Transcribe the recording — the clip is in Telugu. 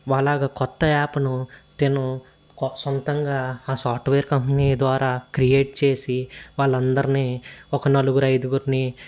వాళ్ళలాగా క్రొత్త యాప్ను తను సొంతంగా ఆ సాఫ్ట్వేర్ కంపెనీ ద్వారా క్రియేట్ చేసి వాళ్ళందరినీ ఒక నలుగురైదుగురిని